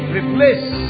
Replace